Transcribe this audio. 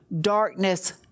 darkness